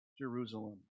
Jerusalem